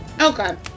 Okay